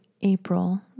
April